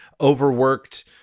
overworked